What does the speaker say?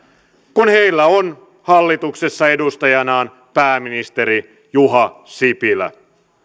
kun heillä on hallituksessa edustajanaan pääministeri juha sipilä